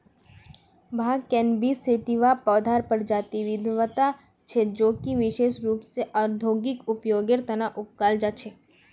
भांग cannabis sativa पौधार प्रजातिक विविधता छे जो कि विशेष रूप स औद्योगिक उपयोगेर तना उगाल जा छे